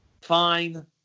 fine